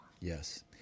Yes